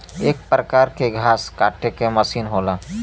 एक परकार के घास काटे के मसीन होला